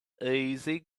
easy